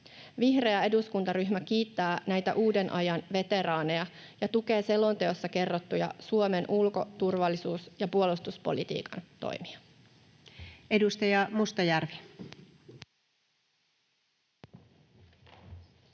Vihreä eduskuntaryhmä kiittää näitä uuden ajan veteraaneja ja tukee selonteossa kerrottuja Suomen ulko-, turvallisuus- ja puolustuspolitiikan toimia. [Speech 13]